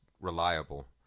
reliable